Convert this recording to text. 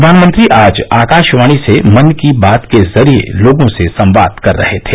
प्रधानमंत्री आज आकाशवाणी से मन की बात के जरिए लोगों से संवाद कर रहे थे